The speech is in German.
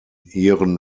ihren